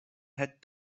had